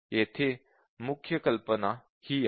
येथे मुख्य कल्पना ही आहे